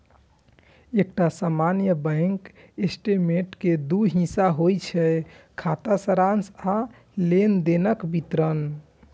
एकटा सामान्य bank statement के दू हिस्सा होइ छै, खाता सारांश आ लेनदेनक विवरण